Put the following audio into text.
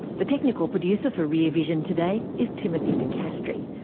the technical producer for rear vision today is timothy nicastri.